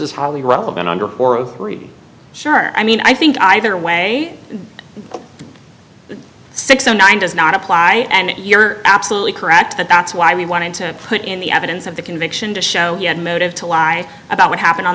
is highly relevant under three sure i mean i think either way six o nine does not apply and you're absolutely correct that that's why we wanted to put in the evidence of the conviction to show he had motive to lie about what happened on